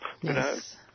Yes